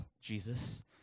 Jesus